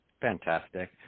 Fantastic